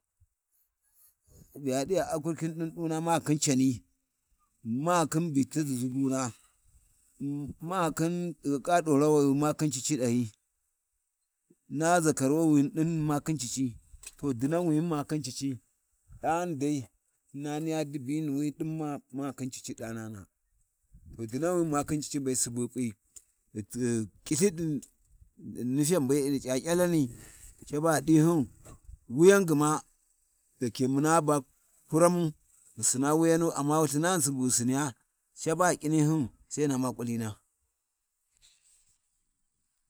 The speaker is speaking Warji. ﻿Buya ɗiba akurkin dinduna ma khin cani, machin bita da ʒuguna, makhin ghi ƙiƙƙu dorawa yu, ma khin cici ɗahi, na ʒakarwi wani ɗin ma khin cici, to ɗinawini ma khin cici ɗani dai na niya dibinuwima makhin cici ɗanana to dinnawini subu ma khin cici be Subu ghi p’i ghi ƙilthi ɗi nufen be ɗi C’aC’alani, caba ghi ɗhyin, wuyan gma dake muna ba kuramu ghi Sinaa wuyanu, amma Lthinani Subu ghi Siniya, Caba ghi ƙinihyini Sai hyina U'ma ƙulina.